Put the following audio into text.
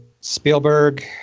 Spielberg